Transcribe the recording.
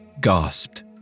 gasped